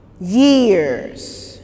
Years